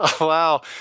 wow